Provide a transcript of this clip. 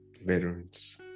Veterans